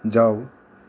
जाऊ